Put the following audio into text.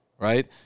right